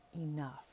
enough